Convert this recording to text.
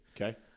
Okay